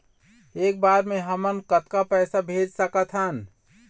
एक बर मे हमन कतका पैसा भेज सकत हन?